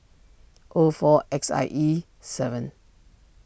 O four X I E seven